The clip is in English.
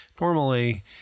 Normally